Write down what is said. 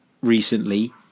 recently